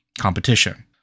Competition